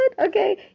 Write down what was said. Okay